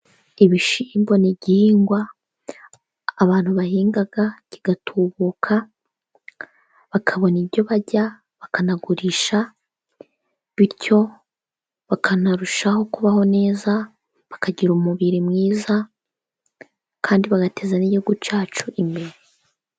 Ibishyimbo ni igihingwa abantu bahinga kigatubuka, bakabona ibyo barya bakanagurisha. Bityo bakanarushaho kubaho neza bakagira umubiri mwiza kandi bagateza n'igihugu cyacu imbere.